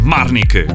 Marnik